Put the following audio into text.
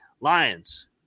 Lions